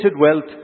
wealth